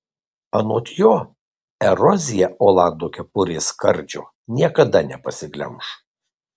anot jo erozija olando kepurės skardžio niekada nepasiglemš